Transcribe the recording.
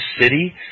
city